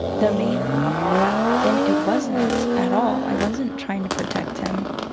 the man and it wasn't at all. i wasn't trying to protect him.